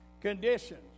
Conditions